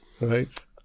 Right